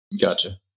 Gotcha